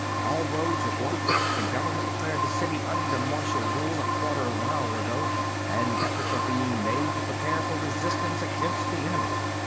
all roads are blocked. the government declared the city under martial rule a quarter of an hour ago and efforts are being made to prepare for resistance against the enemy.